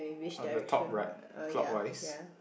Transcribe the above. on the top right clockwise